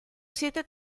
siete